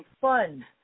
fun